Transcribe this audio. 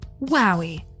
Wowie